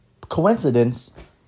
Coincidence